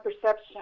perception